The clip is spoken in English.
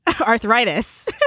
arthritis